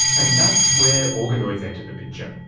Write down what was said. and that's where organoids enter the picture.